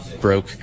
broke